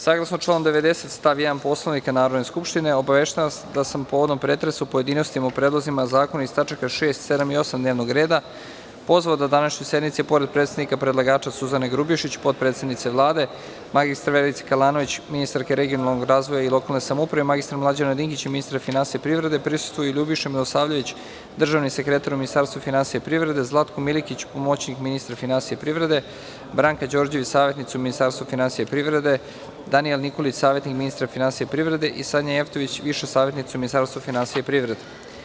Saglasno članu 90. stav 1. Poslovnika Narodne skupštine, obaveštavam vas da sam, povodom pretresa u pojedinostima o predlozima zakona iz tačaka 6, 7. i 8. dnevnog reda, pozvao da današnjoj sednici, pored predstavnika predlagača: Suzane Grubješić, potpredsednice Vlade, mr Verice Kalanović, ministarke regionalnog razvoja i lokalne samouprave, mr Mlađana Dinkića, ministra finansija i privrede, prisustvuju i: Ljubiša Milosavljević, državni sekretar u Ministarstvu finansija i privrede, Zlatko Milikić, pomoćnik ministra finansija i privrede, Branka Đorđević, savetnica u Ministarstvu finansija i privrede, Danijel Nikolić, savetnik ministra finansija i privrede i Sanja Jevtović, viša savetnica u Ministarstvu finansija i privrede.